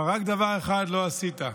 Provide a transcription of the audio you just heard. אבל רק דבר אחד לא עשית: